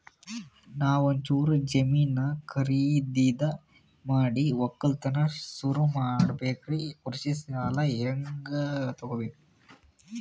ನಾ ಒಂಚೂರು ಜಮೀನ ಖರೀದಿದ ಮಾಡಿ ಒಕ್ಕಲತನ ಸುರು ಮಾಡ ಬೇಕ್ರಿ, ಕೃಷಿ ಸಾಲ ಹಂಗ ತೊಗೊಬೇಕು?